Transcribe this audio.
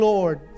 Lord